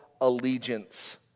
allegiance